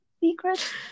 Secrets